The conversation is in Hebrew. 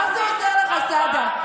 מה זה עוזר לך, סעדה?